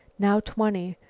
now twenty,